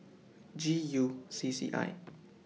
G U C C I